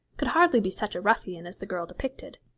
could hardly be such a ruffian as the girl depicted.